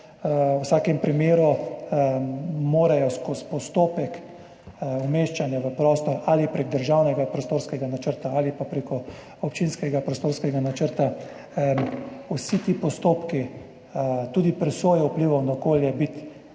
v vsakem primeru morajo biti skozi postopek umeščanja v prostor, ali prek državnega prostorskega načrta ali pa prek občinskega prostorskega načrta, vsi ti postopki, tudi presoje vplivov na okolje,